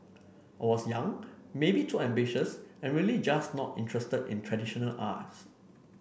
I was young maybe too ambitious and really just not interested in traditional arts